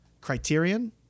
Criterion